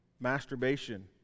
masturbation